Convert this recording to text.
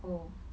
oh